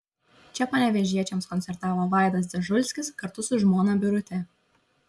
čia panevėžiečiams koncertavo vaidas dzežulskis kartu su žmona birute